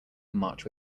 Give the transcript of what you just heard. march